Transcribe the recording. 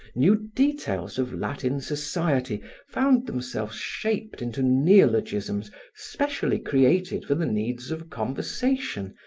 new details of latin society found themselves shaped into neologisms specially created for the needs of conversation,